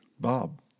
Bob